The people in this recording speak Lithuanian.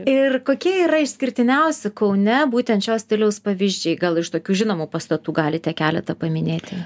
ir kokie yra išskirtiniausia kaune būtent šio stiliaus pavyzdžiai gal iš tokių žinomų pastatų galite keletą paminėti